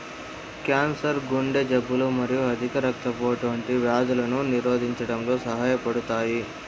cancer, గుండె జబ్బులు మరియు అధిక రక్తపోటు వంటి వ్యాధులను నిరోధించడంలో సహాయపడతాయి